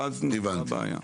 ואז יש בעיה.